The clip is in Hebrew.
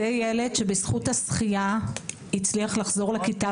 זה ילד שבזכות הזכייה הצליח לחזור לכיתה